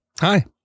Hi